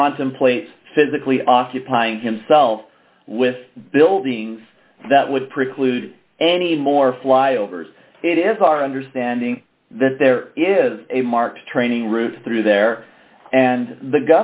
contemplates physically occupying himself with buildings that would preclude any more flyovers it is our understanding that there is a marked training route through there and the